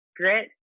Grit